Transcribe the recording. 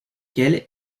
quels